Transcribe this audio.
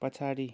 पछाडि